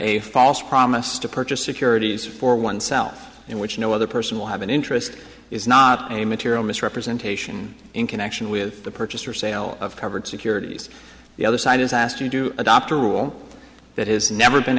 a false promise to purchase securities for oneself in which no other person will have an interest is not a material misrepresentation in connection with the purchase or sale of covered securities the other side is asked to do adopt a rule that has never been